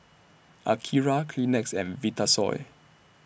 Akira Kleenex and Vitasoy